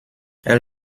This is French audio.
elle